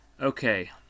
okay